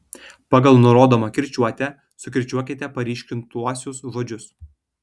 pagal nurodomą kirčiuotę sukirčiuokite paryškintuosius žodžius